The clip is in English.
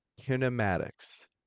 kinematics